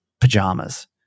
pajamas